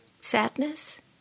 sadness